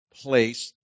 place